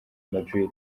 madrid